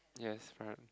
yes very hard